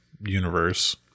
universe